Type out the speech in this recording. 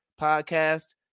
podcast